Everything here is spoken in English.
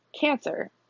Cancer